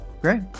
great